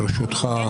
ברשותך,